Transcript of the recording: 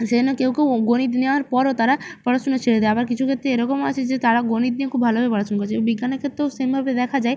সেই জন্য কেউ কেউ গণিত নেওয়ার পরও তারা পড়াশোনা ছেড়ে দেয় আবার কিছু ক্ষেত্রে এরকম আছে যে তারা গণিত নিয়ে খুব ভালোভাবে পড়াশোনা করেছে বিজ্ঞানের ক্ষেত্রেও সেমভাবে দেখা যায়